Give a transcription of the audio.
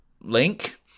link